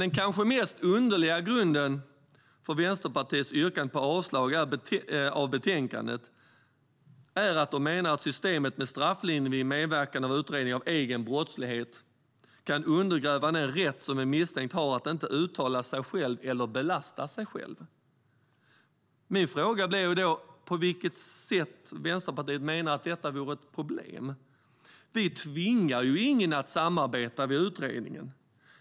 Den kanske mest underliga grunden för Vänsterpartiets yrkande på avslag på förslaget i betänkandet är att systemet för strafflindring vid medverkan i utredning av egen brottslighet kan undergräva den rätt som en misstänkt har att inte uttala sig själv eller belasta sig själv. Min fråga blir då på vilket sätt Vänsterpartiet menar att detta vore ett problem. Vi tvingar ju ingen att samarbeta i en utredning.